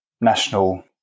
national